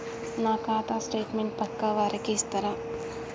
నా ఖాతా స్టేట్మెంట్ పక్కా వారికి ఇస్తరా?